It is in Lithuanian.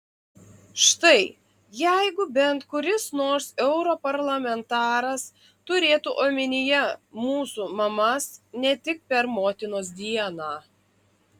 štai jeigu bent kuris nors europarlamentaras turėtų omenyje mūsų mamas ne tik per motinos dieną